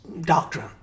doctrine